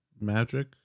magic